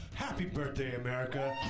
happy birthday, america,